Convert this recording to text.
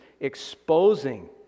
Exposing